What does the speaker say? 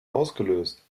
ausgelöst